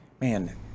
man